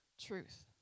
truth